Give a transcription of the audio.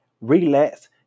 relax